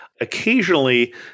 Occasionally